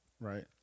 Right